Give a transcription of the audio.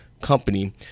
company